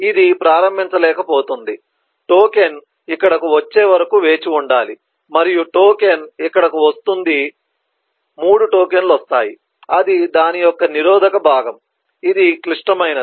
ఇది ప్రారంభించలేకపోతుంది టోకెన్ ఇక్కడకు వచ్చే వరకు వేచి ఉండాలి మరియు టోకెన్ ఇక్కడకు వస్తుంది 3 టోకెన్లు వస్తాయి అది దాని యొక్క నిరోధక భాగం ఇది క్లిష్టమైనది